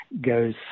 goes